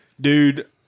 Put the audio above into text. Dude